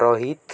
Rohit